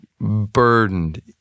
burdened